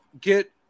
get